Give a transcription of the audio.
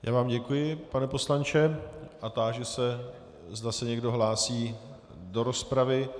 Já vám děkuji, pane poslanče, a táži se, zda se někdo hlásí do rozpravy.